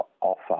offer